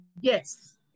Yes